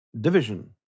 division